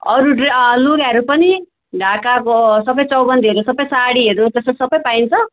अरू ड्रे लुगाहरू पनि ढाकाको सबै चौबन्दीहरू सबै साडीहरू त्यस्तो सबै पाइन्छ